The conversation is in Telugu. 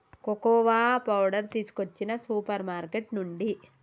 కోకోవా పౌడరు తీసుకొచ్చిన సూపర్ మార్కెట్ నుండి